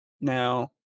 now